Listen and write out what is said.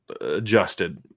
adjusted